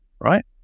right